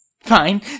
Fine